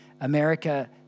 America